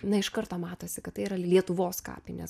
na iš karto matosi kad tai yra lietuvos kapinės